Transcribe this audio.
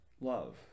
love